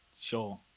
Sure